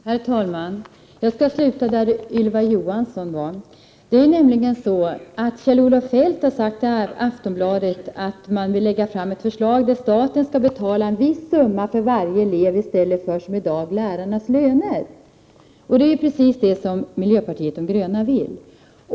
Herr talman! Jag skall ta vid där Ylva Johansson slutade. Kjell-Olof Feldt 24 maj 1989 har nämligen i Aftonbladet sagt att man vill lägga fram ett förslag om att staten skall betala en viss summa för varje elev, i stället för som i dag för lärarnas löner. Det är precis det som miljöpartiet de gröna vill.